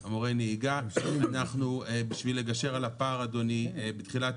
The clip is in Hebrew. אנחנו בשביל לגשר על הפער אדוני בתחילת